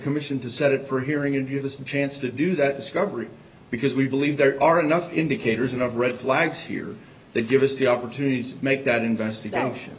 commission to set it for hearing and give us a chance to do that discovery because we believe there are enough indicators and of red flags here they give us the opportunity to make that investigation